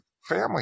family